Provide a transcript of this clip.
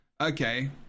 okay